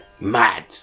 Mad